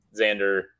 Xander